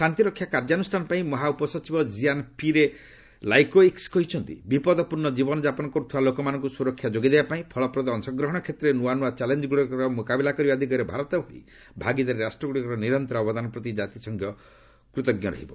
ଶାନ୍ତିରକ୍ଷା କାର୍ଯ୍ୟାନୁଷ୍ଠାନପାଇଁ ମହା ଉପସଚିବ ଜିଆନ୍ ପିରେ ଲାକ୍ରୋଇକ୍ସ କହିଛନ୍ତି ବିପଦପ୍ରର୍ଷ୍ଣ ଜୀବନ ଯାପନ କରୁଥିବା ଲୋକମାନଙ୍କୁ ସୁରକ୍ଷା ଯୋଗାଇବାପାଇଁ ଫଳପ୍ରଦ ଅଂଶଗ୍ରହଣ କ୍ଷେତ୍ରରେ ନୃଆ ନୂଆ ଚ୍ୟାଲେଞ୍ଜଗୁଡ଼ିକର ମୁକାବିଲା ଦିଗରେ ଭାରତ ଭଳି ଭାଗିଦାରୀ ରାଷ୍ଟ୍ରଗ୍ରଡ଼ିକର ନିରନ୍ତର ଅବଦାନ ପ୍ରତି କାତିସଂଘ କୃତଜ୍ଞ ରହିବ